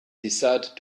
decided